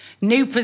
New